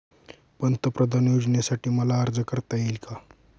पंतप्रधान योजनेसाठी मला अर्ज करता येईल का?